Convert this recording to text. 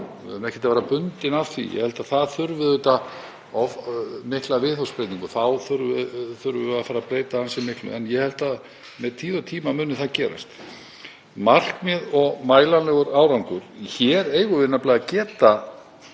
ekkert að vera bundin af því. Ég held að það þurfi auðvitað mikla viðhorfsbreytingu. Þá þurfum við að fara að breyta ansi miklu. En ég held að með tíð og tíma muni það gerast. Markmið og mælanlegur árangur — hér eigum við nefnilega að geta